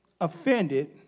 offended